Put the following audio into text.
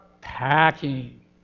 packing